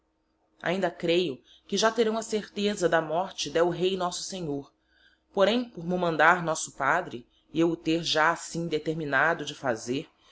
ainda que creio que já teraõ a certeza da morte del rei nosso senhor porem por mo mandar nosso padre e eu o ter já assim determinado de fazer